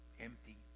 empty